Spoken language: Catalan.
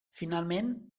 finalment